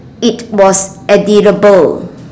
it was edible